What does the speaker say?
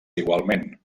igualment